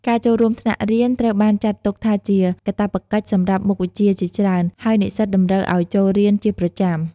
ការចូលរួមថ្នាក់រៀនត្រូវបានចាត់ទុកថាជា កាតព្វកិច្ចសម្រាប់មុខវិជ្ជាជាច្រើន ហើយនិស្សិតតម្រូវឱ្យចូលរៀនជាប្រចាំ។